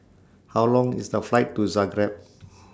How Long IS The Flight to Zagreb